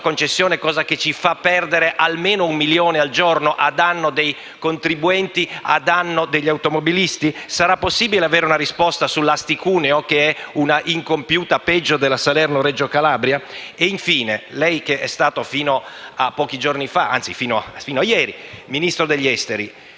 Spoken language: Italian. concessione, cosa che ci fa perdere almeno un milione al giorno, a danno dei contribuenti e degli automobilisti? Sarà possibile avere una risposta sulla Asti-Cuneo, che è una incompiuta peggiore della Salerno-Reggio Calabria? Infine, signor Presidente del Consiglio,